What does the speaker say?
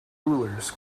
rulers